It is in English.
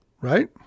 right